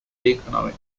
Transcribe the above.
economic